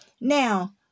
now